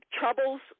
troubles